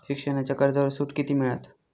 शिक्षणाच्या कर्जावर सूट किती मिळात?